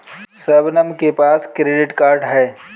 शबनम के पास credit card है